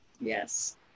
Yes